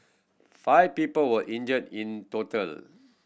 five people were injured in total